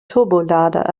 turbolader